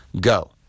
go